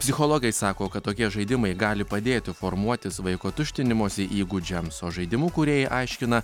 psichologai sako kad tokie žaidimai gali padėti formuotis vaiko tuštinimosi įgūdžiams o žaidimų kūrėjai aiškina